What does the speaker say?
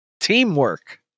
Teamwork